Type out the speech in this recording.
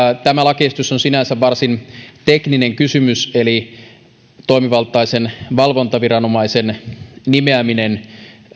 tämä lakiesitys on sinänsä varsin tekninen kysymys toimivaltaisen valvontaviranomaisen nimeäminen